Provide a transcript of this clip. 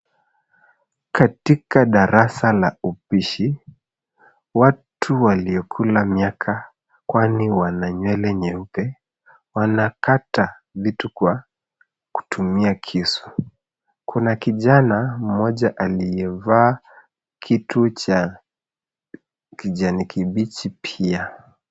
Katika darasa la upishi watu waliokula miaka kwani wana nywele nyeupe wanakata vitu kwa kukutumia visu . Kuna kijana mmoja aliyevaa kitu cha kijani kibichi pia.